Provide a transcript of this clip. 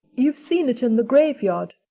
you've seen it in the graveyard.